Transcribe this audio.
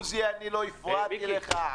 עוזי, אני לא הפרעתי לך.